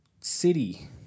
city